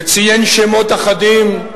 וציין שמות אחדים: